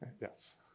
Yes